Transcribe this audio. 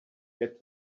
get